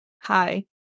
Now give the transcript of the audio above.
Hi